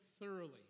thoroughly